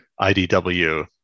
IDW